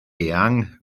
eang